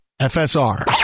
FSR